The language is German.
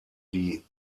die